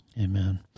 Amen